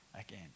again